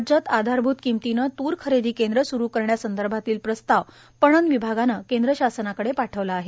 राज्यात आधारभूत किंमतीने तूर खरेदी केंद्र स्रु करण्यासंदर्भातील प्रस्ताव पणन विभागाने केंद्र शासनाकडे पाठविला आहे